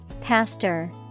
Pastor